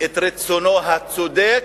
את רצונו הצודק,